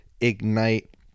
Ignite